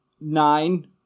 nine